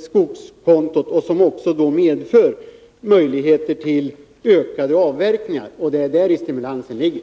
skogskontot, vars syfte är att skapa möjligheter till avverkningsökningar. Det är också i denna grundtanke som stimulansen ligger.